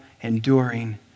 enduring